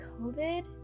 COVID